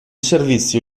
servizio